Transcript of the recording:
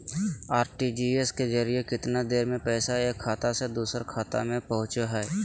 RTGS के जरिए कितना देर में पैसा एक खाता से दुसर खाता में पहुचो है?